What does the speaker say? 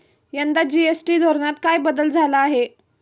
यंदा जी.एस.टी धोरणात काय बदल झाला आहे?